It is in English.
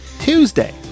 Tuesday